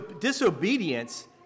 disobedience